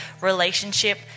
relationship